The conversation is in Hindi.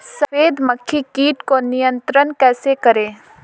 सफेद मक्खी कीट को नियंत्रण कैसे करें?